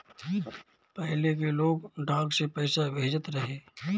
पहिले के लोग डाक से पईसा भेजत रहे